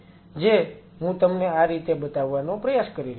જે હું તમને આ રીતે બતાવવાનો પ્રયાસ કરી રહ્યો છું